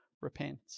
repent